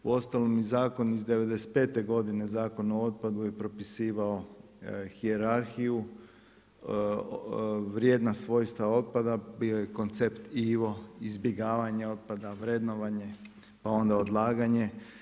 Uostalom i Zakon iz '95. godine, Zakon o otpadu je propisivao hijerarhiju vrijedna svojstva otpada, bio je koncept … izbjegavanja otpada, vrednovanje pa onda odlaganje.